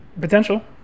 Potential